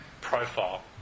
profile